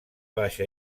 baixa